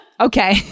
Okay